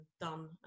done